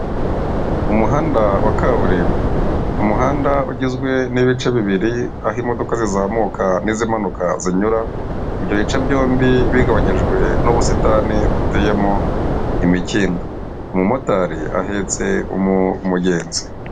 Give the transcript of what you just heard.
Umuhanda wa kaburimbo ,umuhanda ugizwe n'ibice bibiri aho imodoka zizamuka n'izimanuka zinyura ibyo bice byombi bigabanyijwe n'ubusitani buteyemo imikindo umumotari ahetse umugenzi .